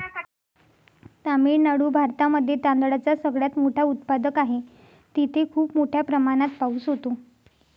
तामिळनाडू भारतामध्ये तांदळाचा सगळ्यात मोठा उत्पादक आहे, तिथे खूप मोठ्या प्रमाणात पाऊस होतो